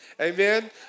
Amen